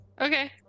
Okay